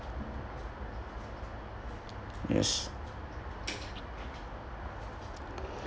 yes